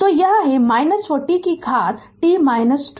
Refer slide time 0448 तो यह है 40 कि घात t - 2